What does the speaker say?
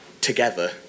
together